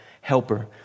helper